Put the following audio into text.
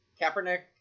Kaepernick